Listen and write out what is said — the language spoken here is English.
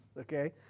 Okay